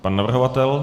Pan navrhovatel?